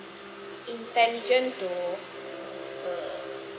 intelligent to err